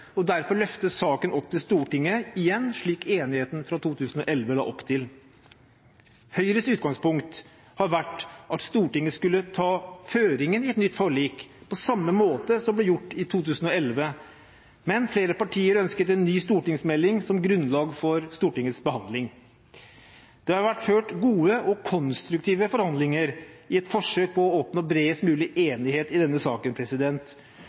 og derfor løftes saken opp til Stortinget igjen, slik enigheten fra 2011 la opp til. Høyres utgangspunkt har vært at Stortinget skulle ta føringen i et nytt forlik på samme måte som ble gjort i 2011, men flere partier ønsket en ny stortingsmelding som grunnlag for Stortingets behandling. Det har vært ført gode og konstruktive forhandlinger i et forsøk på å oppnå bredest mulig enighet i denne saken,